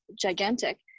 gigantic